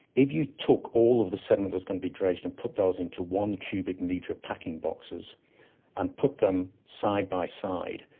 if you took all of the sediments that was going to be dredged and put those into one cubic metre packing boxes and put them side by side,